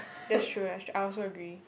that's true eh I also agree